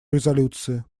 резолюции